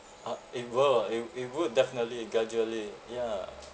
uh it will it it would definitely gradually ya